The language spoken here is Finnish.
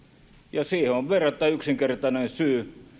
ja siihen on verrattain yksinkertainen syy